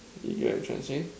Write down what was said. you get what I'm trying to say